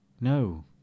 No